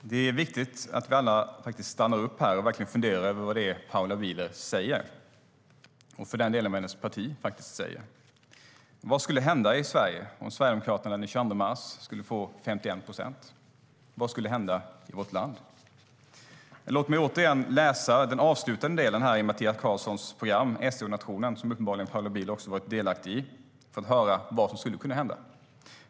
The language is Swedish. Herr talman! Det är viktigt att vi alla stannar upp här och verkligen funderar över vad det är Paula Bieler säger, och för den delen vad hennes parti faktiskt säger. Vad skulle hända i Sverige om Sverigedemokraterna den 22 mars skulle få 51 procent? Vad skulle hända i vårt land? Låt mig läsa den avslutande delen i Mattias Karlssons program om SD och nationen, som uppenbarligen också Paula Bieler har varit delaktig i, för att höra vad som skulle kunna hända.